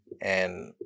and-